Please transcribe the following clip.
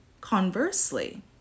Conversely